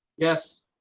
yes,